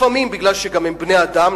לפעמים מפני שגם הם בני-אדם,